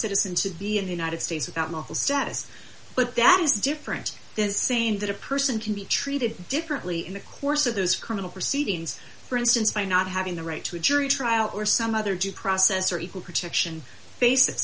citizen to the united states without an awful status but that is different than saying that a person can be treated differently in the course of those criminal proceedings for instance by not having the right to a jury trial or some other due process or equal protection basis